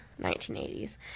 1980s